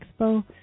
Expo